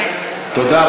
תודה.